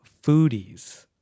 foodies